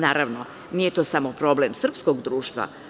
Naravno, nije to samo problem srpskog društva.